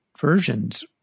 versions